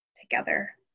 together